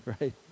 right